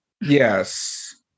Yes